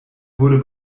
wurde